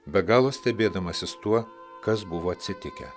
be galo stebėdamasis tuo kas buvo atsitikę